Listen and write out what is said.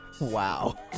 Wow